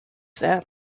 them